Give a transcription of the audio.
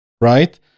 right